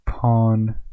Pawn